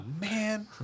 man